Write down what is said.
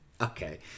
okay